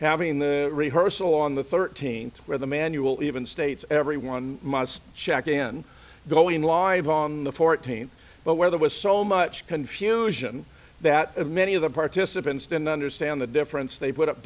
having the rehearsal on the thirteenth where the manual even states everyone must check in going live on the fourteenth but weather was so much confusion that many of the participants didn't understand the difference they put up